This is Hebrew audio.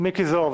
מיקי זוהר,